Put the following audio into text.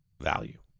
value